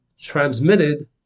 transmitted